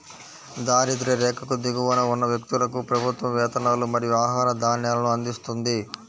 దారిద్య్ర రేఖకు దిగువన ఉన్న వ్యక్తులకు ప్రభుత్వం వేతనాలు మరియు ఆహార ధాన్యాలను అందిస్తుంది